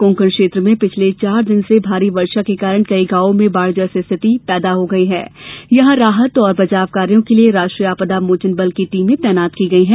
कोंकण क्षेत्र में पिछले चार दिन से भारी वर्षा के कारण कई गांवों में बाढ़ जैसी स्थिति पैदा हो गई है यहां राहत और बचाव कार्यों के लिए राष्ट्रीय आपदा मोचन बल की टीमें तैनात की गई हैं